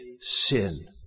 sin